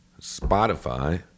Spotify